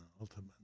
ultimately